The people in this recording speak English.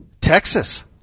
Texas